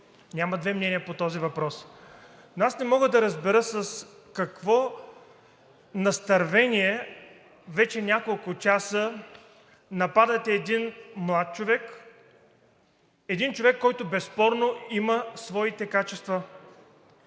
няма две мнения по този въпрос. Но аз не мога да разбера с какво настървение вече няколко часа нападате един млад човек, един човек, който безспорно има своите качества,